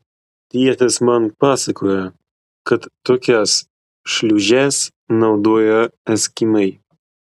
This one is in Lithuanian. tėtis man pasakojo kad tokias šliūžes naudoja eskimai